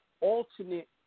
alternate